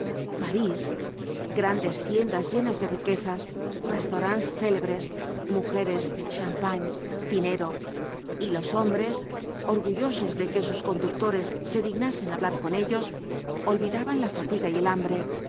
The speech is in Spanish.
parís grandes tiendas llenas de riquezas restaurants célebres mujeres champan dinero y los hombres orgullosos de que sus conductores se dignasen hablar con ellos olvidaban la fatiga y el hambre